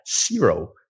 zero